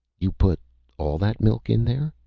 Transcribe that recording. you put all that milk in there?